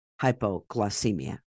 hypoglycemia